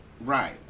Right